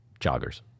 joggers